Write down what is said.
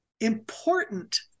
important